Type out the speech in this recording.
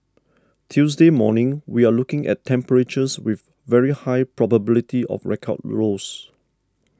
Tuesday morning we're looking at temperatures with very high probability of record lows